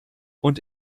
und